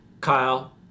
Kyle